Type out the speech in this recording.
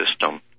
system